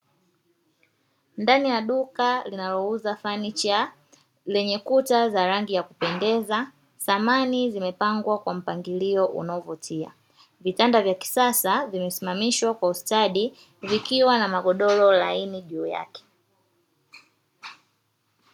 Ndani ya duka linalouza fanicha lenye kuta za rangi ya kupendeza, samani zimepangwa kwa mpangilio unaovutia. Vitanda vya kisasa vimesimamishwa kwa ustadi vikiwa na magodoro laini juu yake.